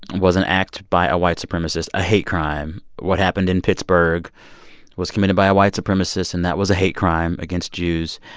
was an act by a white supremacist, a hate crime. what happened in pittsburgh was committed by a white supremacist. and that was a hate crime against jews.